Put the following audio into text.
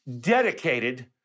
dedicated